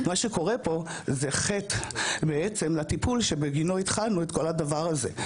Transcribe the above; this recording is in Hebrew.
מה שקורה פה זה חטא לטיפול שבגינו התחלנו את כל הדבר הזה.